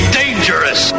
dangerous